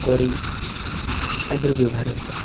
କଢ଼େଇ ଆଦିର ବ୍ୟବହାର ହୋଇଥାଏ